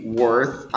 worth